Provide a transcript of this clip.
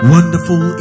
Wonderful